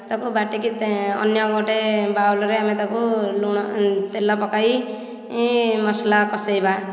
ତାକୁ ବାଟିକି ଅନ୍ୟ ଗୋଟିଏ ବାଉଲ୍ ରେ ଆମେ ତାକୁ ଲୁଣ ତେଲ ପକାଇ ମସଲା କସେଇବା